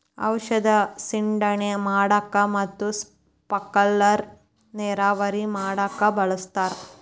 ಔಷದ ಸಿಂಡಣೆ ಮಾಡಾಕ ಮತ್ತ ಸ್ಪಿಂಕಲರ್ ನೇರಾವರಿ ಮಾಡಾಕ ಬಳಸ್ತಾರ